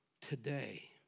today